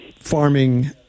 farming